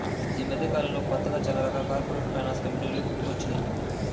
యీ మద్దెకాలంలో కొత్తగా చానా రకాల కార్పొరేట్ ఫైనాన్స్ కంపెనీలు పుట్టుకొచ్చినియ్యి